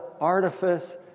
artifice